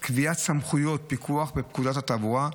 גם קביעת סמכויות פיקוח בפקודת התעבורה,